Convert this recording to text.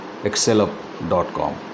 excelup.com